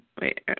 wait